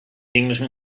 englishman